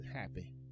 happy